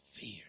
Fear